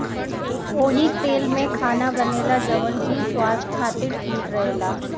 ओही तेल में खाना बनेला जवन की स्वास्थ खातिर ठीक रहेला